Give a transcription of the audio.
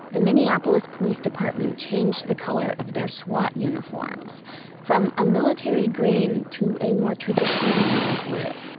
the minneapolis police department changed the color of their swat uniforms from a military green to a more traditional navy blue.